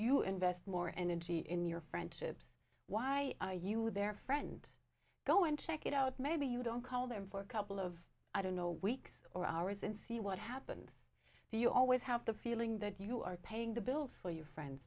you invest more energy in your friendships why are you with their friend go and check it out maybe you don't call them for a couple of i don't know weeks or hours and see what happened you always have the feeling that you are paying the bills for your friends